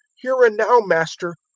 here and now, master,